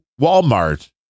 Walmart